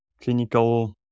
clinical